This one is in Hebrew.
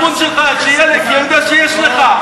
על המצפון שלך, כי אני יודע שיש לך.